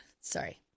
sorry